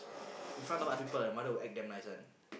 in front of other people the mother will act damn nice one